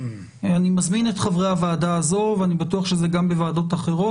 אני מזמין את חברי הוועדה הזו ואני בטוח שזה גם בוועדות אחרות,